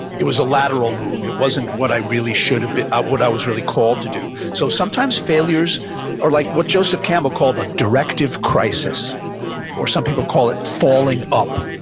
it was a lateral move. it wasn't what i really should have been, what i was really called to do. so sometimes failures are like what joseph campbell called a directive crisis or some people call it falling up.